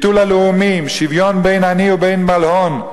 ביטול הלאומים, שוויון בין עני ובין בעל הון.